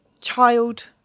child